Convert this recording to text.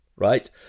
right